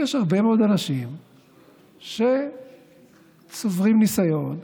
יש הרבה מאוד אנשים שצוברים ניסיון,